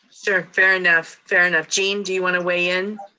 sure, fair enough, fair enough. gene, do you want to weigh in.